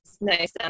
nice